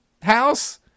House